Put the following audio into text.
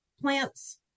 plants